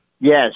Yes